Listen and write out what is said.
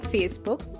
Facebook